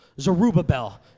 Zerubbabel